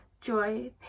joy